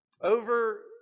over